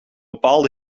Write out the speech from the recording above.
bepaalde